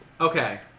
Okay